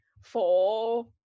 four